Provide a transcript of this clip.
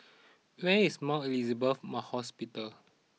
where is Mount Elizabeth Mah Hospital